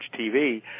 TV